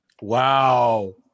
Wow